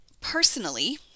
personally